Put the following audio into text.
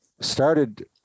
started